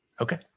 Okay